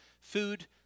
food